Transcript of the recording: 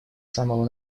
самого